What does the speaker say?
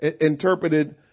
interpreted